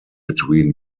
between